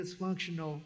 dysfunctional